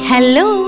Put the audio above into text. Hello